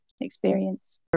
experience